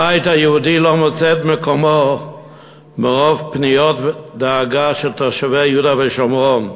הבית היהודי לא מוצא את מקומו מרוב פניות דאגה של תושבי יהודה ושומרון,